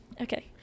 Okay